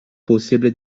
possible